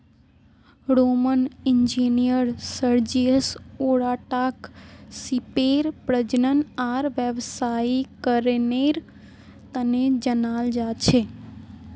Roman engineer Sergius ओराटाक सीपेर प्रजनन आर व्यावसायीकरनेर तने जनाल जा छे